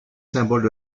symboles